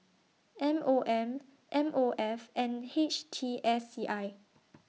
M O M M O F and H T S C I